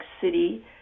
City